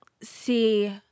see